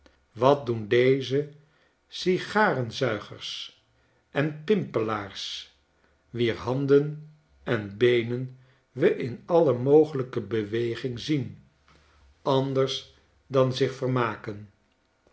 wat doen deze sigarenzuigers en pimpelaars wier handen en beenen we in alle mogelijke beweging zien anders dan zich vermaken